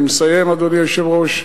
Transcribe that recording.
אני מסיים, אדוני היושב-ראש,